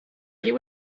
you